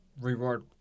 reward